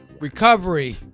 Recovery